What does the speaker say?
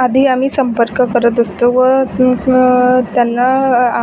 आधी आम्ही संपर्क करत असतो व त्यांना